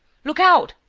look out!